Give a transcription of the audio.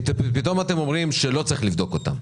ופתאום אתם אומרים שלא צריך לבדוק אותן?